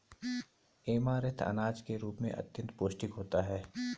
amaranth अनाज के रूप में अत्यंत पौष्टिक होता है